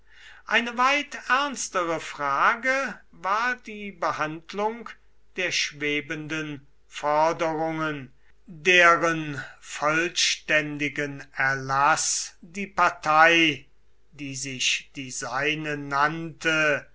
eine weit ernstere frage war die behandlung der schwebenden forderungen deren vollständigen erlaß die partei die sich die seine nannte